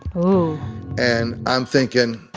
oooo and, i'm thinking,